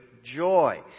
joy